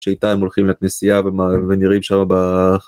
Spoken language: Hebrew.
שאיתה הם הולכים לכנסייה ונראים שם ב...